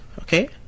okay